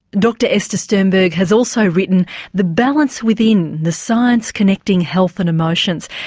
dr esther sternberg has also written the balance within the science connecting health and emotions,